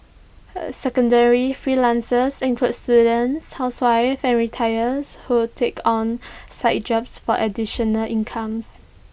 secondary freelancers include students housewives or retire who take on side jobs for additional income